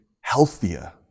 healthier